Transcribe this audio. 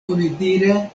onidire